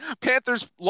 Panthers